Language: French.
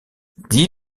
dix